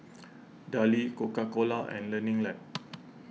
Darlie Coca Cola and Learning Lab